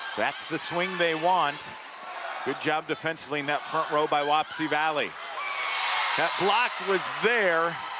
that's the swing they want good job defensively in that front row by wapsie valley that block was there,